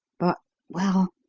but well,